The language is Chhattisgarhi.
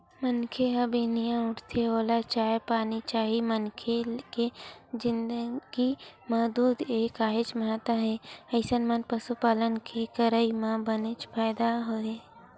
मनखे ह बिहनिया उठथे ओला चाय पानी चाही मनखे के जिनगी म दूद के काहेच महत्ता हे अइसन म पसुपालन के करई म बनेच फायदा हे